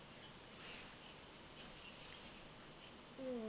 mm